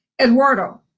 Eduardo